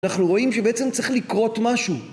אנחנו רואים שבעצם צריך לקרות משהו